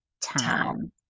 time